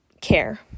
care